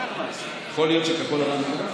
יכול להיות שכחול לבן נמנעו?